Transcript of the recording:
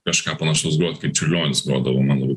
kažką panašaus grot kaip čiurlionis grodavo man labai